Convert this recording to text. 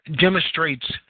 demonstrates